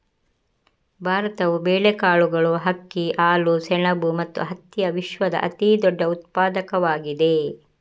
ಭಾರತವು ಬೇಳೆಕಾಳುಗಳು, ಅಕ್ಕಿ, ಹಾಲು, ಸೆಣಬು ಮತ್ತು ಹತ್ತಿಯ ವಿಶ್ವದ ಅತಿದೊಡ್ಡ ಉತ್ಪಾದಕವಾಗಿದೆ